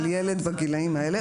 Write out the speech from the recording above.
על ילד בגילים האלה,